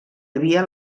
havia